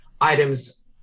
items